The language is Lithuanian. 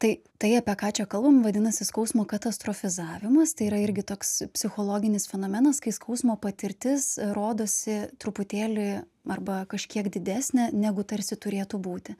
tai tai apie ką čia kalbam vadinasi skausmo katastrofizavimas tai yra irgi toks psichologinis fenomenas kai skausmo patirtis rodosi truputėlį arba kažkiek didesnė negu tarsi turėtų būti